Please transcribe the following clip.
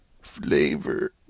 flavor